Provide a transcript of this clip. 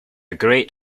great